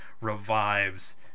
revives